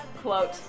quote